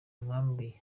nkambi